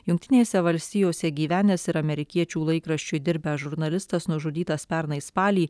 jungtinėse valstijose gyvenęs ir amerikiečių laikraščiui dirbęs žurnalistas nužudytas pernai spalį